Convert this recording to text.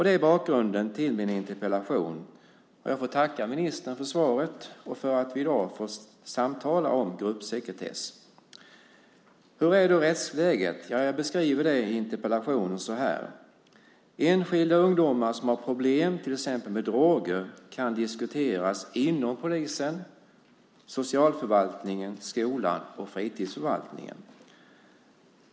Det är bakgrunden till min interpellation, och jag får tacka ministern för svaret och för att vi i dag får samtala om gruppsekretess. Hur är då rättsläget? Ja, jag beskriver det i interpellationen så här: Enskilda ungdomar som har problem, till exempel med droger, kan diskuteras inom polisen, socialförvaltningen, skolan och fritidsförvaltningen.